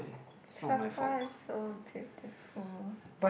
Sapa is so beautiful